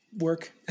work